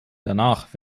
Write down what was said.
danach